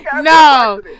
No